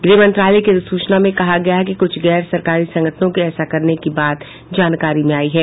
गृह मंत्रालय की अधिसूचना में कहा गया है कि कुछ गैर सरकारी संगठनों के ऐसा करने की बात जानकारी में आई है